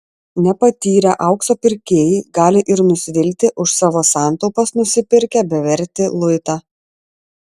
nepatyrę aukso pirkėjai gali ir nusvilti už savo santaupas nusipirkę bevertį luitą